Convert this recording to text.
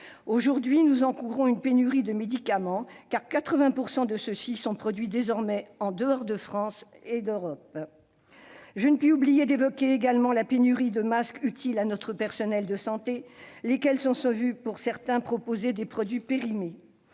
Aujourd'hui, nous encourons une pénurie de médicaments, car 80 % d'entre eux sont produits désormais en dehors de France et d'Europe. Je ne puis oublier d'évoquer la pénurie de masques, utiles à nos personnels de santé, dont certains se sont vu proposer des produits périmés.